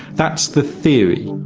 that's the theory.